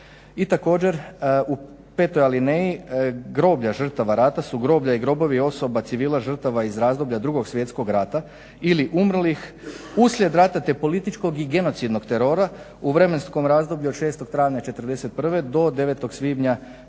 i također u 5.alineji groblja žrtava rata su groblja i grobovi osoba civila žrtava iz razdoblja 2.svjetskog rata ili umrlih uslijed rata te političkog i genocidnog terora u vremenskom razdoblju od 6.travnja '41. do 9.svibnja